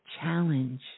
challenge